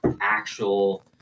actual